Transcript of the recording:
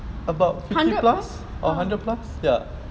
hundred